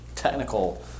Technical